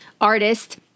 artist